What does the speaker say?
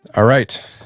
all right.